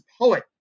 poet